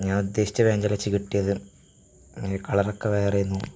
ഞാനുദ്ദേശിച്ച പാൻടല്ലച്ച് കിട്ടിയത് കളറൊക്കെ വേറെയായിരുന്നു